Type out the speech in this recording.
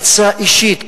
עצה אישית,